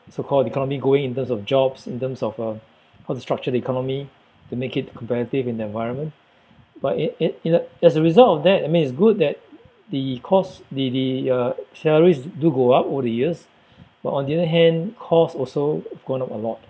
so called the economy going in terms of jobs in terms of uh how to structure the economy to make it competitive in the environment but it it it as a result of that I mean it's good that the cost the the uh salaries do go up over the years but on the other hand cost also have gone up a lot